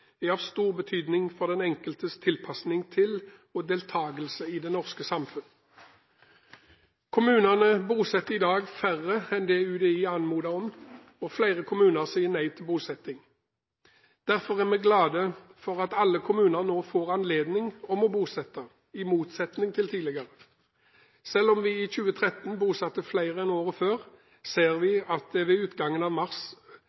er av stor betydning for den enkeltes tilpasning til og deltakelse i det norske samfunn. Kommunene bosetter i dag færre enn det UDI anmoder om, og flere kommuner sier nei til bosetting. Derfor er vi glad for at alle kommuner nå får anmodning om å bosette, i motsetning til tidligere. Selv om vi i 2013 bosatte flere enn året før, ser vi at det ved utgangen av mars